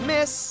Miss